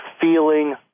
feeling